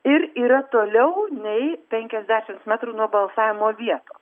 ir yra toliau nei penkiasdešimt metrų nuo balsavimo vieto